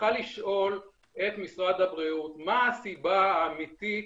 צריכה לשאול: איך משרד הבריאות מה הסיבה האמיתית